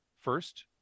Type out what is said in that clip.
first